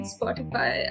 Spotify